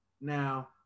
Now